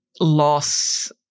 loss